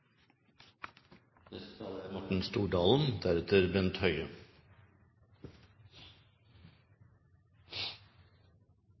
neste taler er